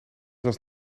was